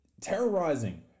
terrorizing